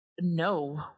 No